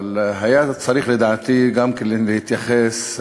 אבל היה לדעתי צריך להתייחס,